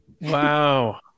Wow